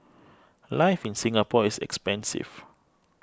life in Singapore is expensive